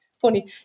funny